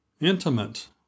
Intimate